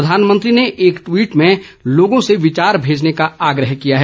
प्रधानमंत्री ने एक टवीट में लोगों से विचार भेजने का आग्रह किया है